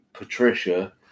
Patricia